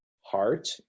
heart